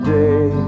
day